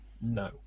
No